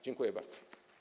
Dziękuję bardzo.